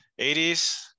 80s